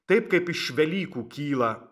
taip kaip iš velykų kyla